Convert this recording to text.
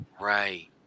Right